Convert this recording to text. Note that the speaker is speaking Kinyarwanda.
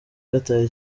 qatar